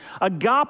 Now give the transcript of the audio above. agape